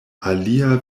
alia